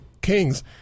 kings